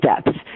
steps